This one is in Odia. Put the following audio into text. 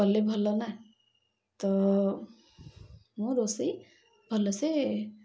କଲେ ଭଲ ନା ତ ମୁଁ ରୋଷେଇ ଭଲସେ